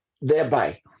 thereby